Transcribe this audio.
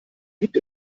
gibt